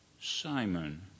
Simon